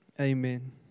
Amen